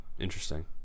Interesting